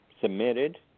Submitted